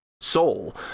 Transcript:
Soul